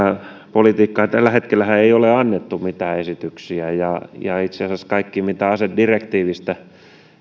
politiikkaa tällä hetkellähän ei ole annettu mitään esityksiä ja ja itse asiassa kaikki mitä asedirektiivistä